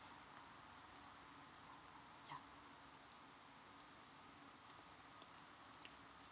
ya